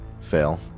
Fail